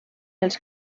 els